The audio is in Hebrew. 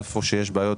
היכן שיש בעיות,